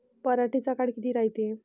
पराटीचा काळ किती रायते?